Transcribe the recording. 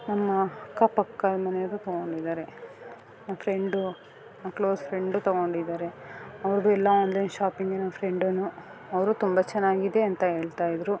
ನಮ್ಮ ಅಕ್ಕಪಕ್ಕ ಮನೆಯವರು ತಗೊಂಡಿದ್ದಾರೆ ಫ್ರೆಂಡು ಕ್ಲೋಸ್ ಫ್ರೆಂಡು ತಗೊಂಡಿದ್ದಾರೆ ಅವ್ರದ್ದು ಎಲ್ಲ ಆನ್ಲೈನ್ ಶಾಪಿಂಗೆ ನನ್ನ ಫ್ರೆಂಡುನು ಅವರು ತುಂಬ ಚೆನ್ನಾಗಿದೆ ಅಂತ ಹೇಳ್ತಾಯಿದ್ರು